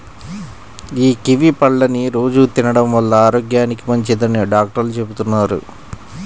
యీ కివీ పళ్ళని రోజూ తినడం వల్ల ఆరోగ్యానికి మంచిదని డాక్టర్లు చెబుతున్నారు